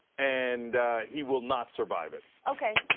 and he will not survive it. okay,